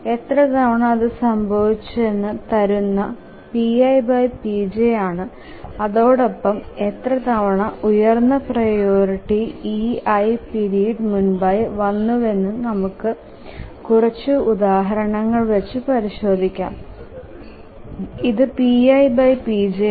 എത്ര തവണ അതു സംഭവിച്ചെന്നു തരുന്നതു ⌈pipj⌉ ആണ് അതോടൊപ്പം എത്ര തവണ ഉയർന്ന പ്രിയോറിറ്റി ei പീരീഡ് മുൻപായി വന്നുവെന്നും നമുക്ക് കുറച്ചു ഉദാഹരണം വെച്ചു പരിശോധിക്കാം ഇതു ⌈pipj⌉ ആണ്